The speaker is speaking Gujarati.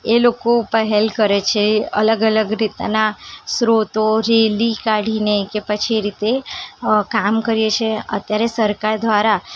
એ લોકો પેહેલ કરે છે અલગ અલગ રીતના સ્ત્રોતો રેલી કાઢીને કે પછી એ રીતે કામ કરે છે અત્યારે સરકાર દ્વારા